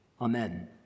Amen